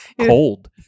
cold